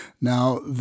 Now